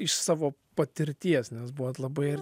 iš savo patirties nes buvot labai